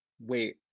Wait